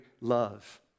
love